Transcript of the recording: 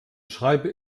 schreibe